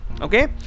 okay